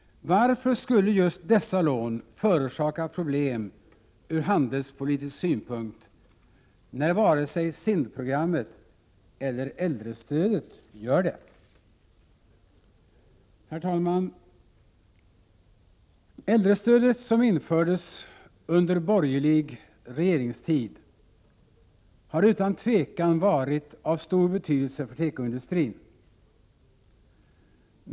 Varför skulle just dessa lån förorsaka problem ur handelspolitisk synpunkt, när varken SIND-programmet eller äldrestödet gör det? Herr talman! Äldrestödet, som infördes under borgerlig regeringstid, har utan tvivel varit av stor betydelse för tekoindustrin.